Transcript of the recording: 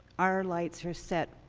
our lights are set